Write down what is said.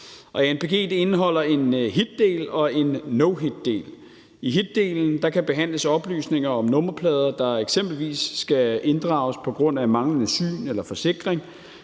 Anpg indeholder en hitdel og en no hit-del. I hitdelen kan behandles oplysninger om nummerplader, der eksempelvis skal inddrages på grund af manglende syn eller forsikring,